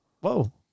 whoa